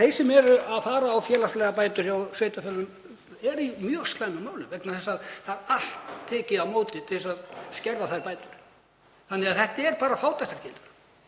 Þeir sem eru að fara á félagslegar bætur hjá sveitarfélögum eru í mjög slæmum málum vegna þess að það er allt tekið á móti til þess að skerða þær bætur. Þannig að þetta er bara fátæktargildra.